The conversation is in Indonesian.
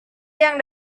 yang